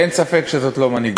אין ספק שזאת לא מנהיגות,